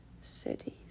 cities